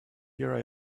here